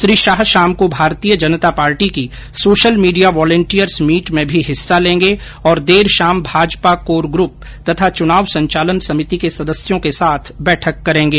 श्री शाह शाम को भारतीय जनता पार्टी की सोशल मीडिया वॉलेंटियर्स मीट में भी हिस्सा लेंगे और देर शाम भाजपा कोर ग्रुप तथा चुनाव संचालन समिति के सदस्यों के साथ बैठक करेंगे